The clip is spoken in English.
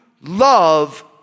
love